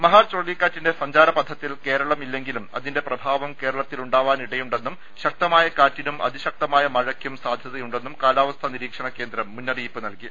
മഹാചുഴലിക്കാറ്റിന്റെ സഞ്ചാരപഥത്തിൽ കേരളം ഇല്ലെങ്കിലും അതിന്റെ പ്രഭാവം കേരളത്തി ലുണ്ടാവാനിടയുണ്ടെന്നും ശക്തമായ കാറ്റിനും അതിശക്തമായ മഴയ്ക്കും സാധ്യതയുണ്ടെന്നും കാലാവസ്ഥ നിരീക്ഷണകേന്ദ്രം മുന്നറിയിപ്പ് നൽകി